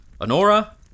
Honora